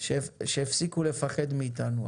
שהפסיקו לפחד מאיתנו.